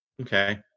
Okay